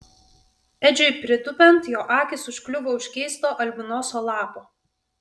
edžiui pritūpiant jo akys užkliuvo už keisto albinoso lapo